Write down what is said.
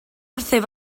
wrthyf